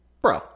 Bro